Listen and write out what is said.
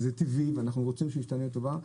וזה טבעי ואנחנו רוצים שישתנה לטובה,